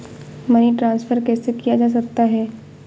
Money transfer कैसे किया जा सकता है?